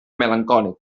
melancòlic